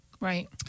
Right